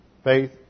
Faith